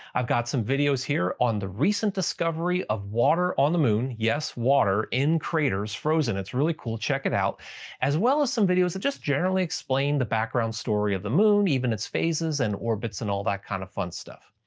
i've got some videos here on the recent discovery of water on the moon yes water, in craters, frozen, it's really cool check it out as well as some videos that just generally explain the background story of the moon, its phases, and orbit and all that kind of fun stuff.